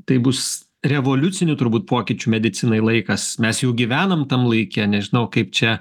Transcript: taip bus revoliucinių turbūt pokyčių medicinai laikas mes jau gyvenam tam laike nežinau kaip čia